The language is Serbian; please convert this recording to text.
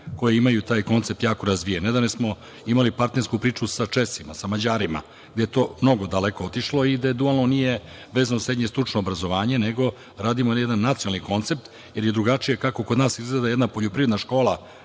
koje imaju taj koncept jako razvijen. Nedavno smo imali partnersku priču sa Česima, sa Mađarima, gde je to mnogo daleko otišlo i gde dualno nije vezano srednje stručno obrazovanje, nego radimo jedan nacionalni koncept, jer je drugačije kako kod nas izgleda jedna poljoprivredna škola,